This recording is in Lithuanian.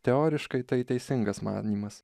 teoriškai tai teisingas manymas